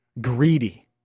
greedy